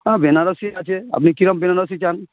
হ্যাঁ বেনারসি আছে আপনি কীরকম বেনারসি চান